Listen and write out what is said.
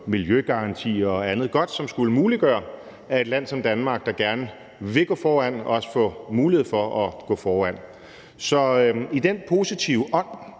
miljøgarantier og andet godt, som skulle muliggøre, at et land som Danmark, der gerne vil gå foran, også får mulighed for at gå foran. Så i den positive ånd